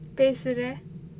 பேசுற:pesura